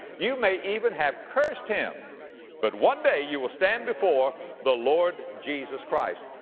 you may even have cursed him but one day you will stand before the lord jesus christ.